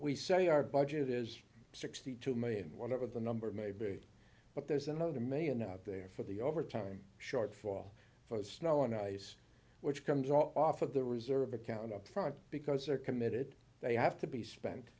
we say our budget is sixty two million whatever the number may be but there's another million out there for the overtime shortfall for the snow and ice which comes off of the reserve account up front because they're committed they have to be spent